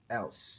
else